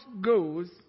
goes